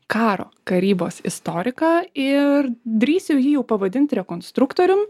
karo karybos istoriką ir drįsiu jį jau pavadint rekonstruktorium